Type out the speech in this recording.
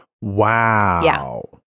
Wow